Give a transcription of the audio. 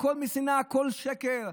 הכול משנאה, הכול שקר.